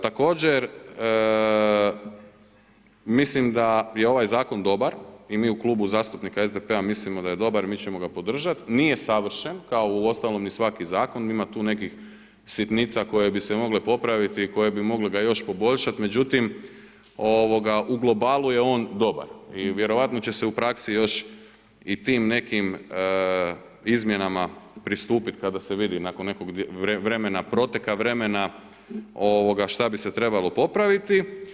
Također, mislim da je ovaj zakon i mi u Klubu zastupnika SDP-a mislimo da je dobar, mi ćemo podržat, nije savršen kao uostalom svaki zakon, ima tu nekih sitnice koje bi se mogle popraviti i koje bi ga mogle još poboljšati međutim, u globalu je on dobar i vjerovatno će se u praksi još i tim nekim izmjenama pristupiti kada se vidi nakon nekog vremena, proteka vremena, šta bi s trebalo popraviti.